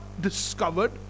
discovered